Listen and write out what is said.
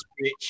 rich